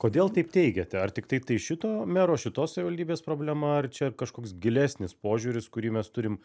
kodėl taip teigiate ar tiktai tai šito mero šitos savivaldybės problema ar čia kažkoks gilesnis požiūris kurį mes turim